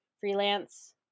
freelance